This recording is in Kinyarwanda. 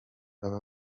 baba